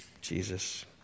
Jesus